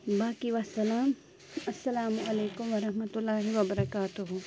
باقی وَسلام اَلسلامُ علیکُم وَرحمت اللہِ وَ بَرَکاتُہہ